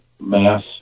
mass